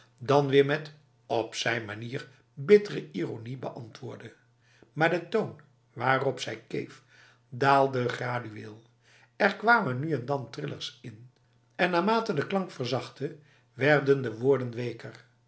dan weer met op zijn manier bittere ironie beantwoordde maar de toon waarop zij keef daalde gradueel er kwamen nu en dan trillers in en naarmate de klank verzachtte werden de woorden weker